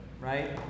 right